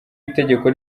itegeko